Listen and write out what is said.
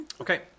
Okay